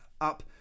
up